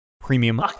premium